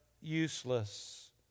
useless